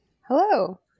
Hello